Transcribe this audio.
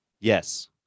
Yes